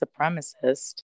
supremacist